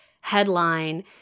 headline